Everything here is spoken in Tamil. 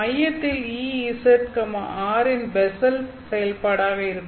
மையத்தில் Ez r இன் பெஸ்ஸல் செயல்பாடாக இருக்கும்